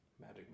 Magic